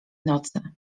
nocy